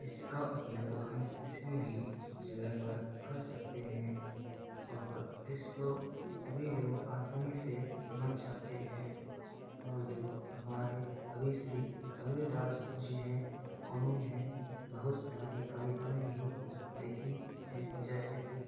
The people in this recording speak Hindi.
इसका उपयोग हम किसी भी जगह पर कर सकते हैं और इसको सभी लोग आसानी से समझ जाते हैं और जो हमारे कवि श्री कबीर दास जी हैं और उन्होंने बहुत सारी कविताएँ भी लिखी हैं जैसे कि